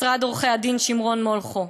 משרד עורכי-הדין שמרון-מולכו?